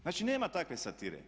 Znači nema takve satire.